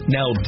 Now